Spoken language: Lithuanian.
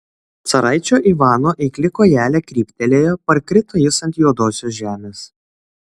caraičio ivano eikli kojelė kryptelėjo parkrito jis ant juodosios žemės